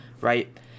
right